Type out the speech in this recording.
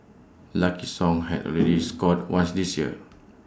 lucky song had already scored once this year